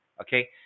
okay